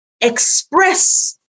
express